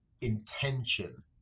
intention